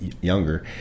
younger